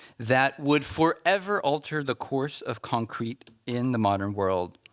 that would forever alter the course of concrete in the modern world,